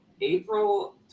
April